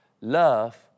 Love